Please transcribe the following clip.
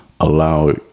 allow